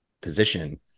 position